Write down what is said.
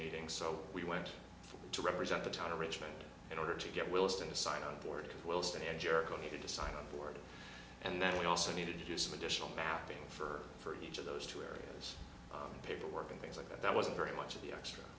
meeting so we went to represent the town of richmond in order to get willis to sign on board wilson and jericho needed to sign on board and then we also needed to do some additional mapping for for each of those two areas paperwork and things like that that wasn't very much of the extra